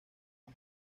con